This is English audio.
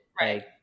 Right